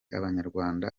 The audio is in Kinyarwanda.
abanyarwanda